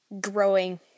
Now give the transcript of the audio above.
growing